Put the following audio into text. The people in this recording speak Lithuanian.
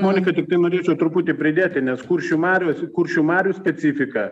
monika tiktai norėčiau truputį pridėti nes kuršių marios kuršių marių specifika